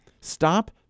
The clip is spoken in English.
Stop